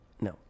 No